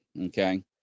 Okay